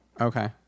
Okay